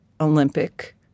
Olympic